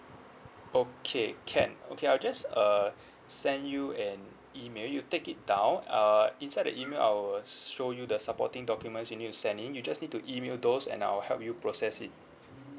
okay can okay I'll just uh send you an email you take it down uh inside the email I will show you the supporting documents that you need to send in you just need to email those and I will help you process it